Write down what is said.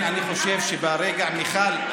מיכל,